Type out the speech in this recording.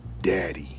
daddy